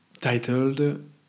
titled